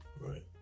Right